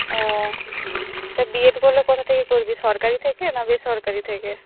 ও তা বিএড করলে কোথা থেকে করবি সরকারি থেকে না বেসরকারি থেকে